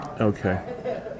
Okay